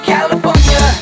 California